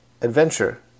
adventure